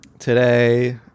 Today